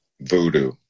voodoo